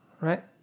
right